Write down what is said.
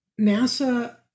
NASA